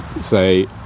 say